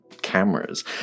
cameras